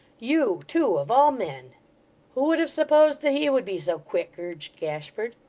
you, too, of all men who would have supposed that he would be so quick urged gashford.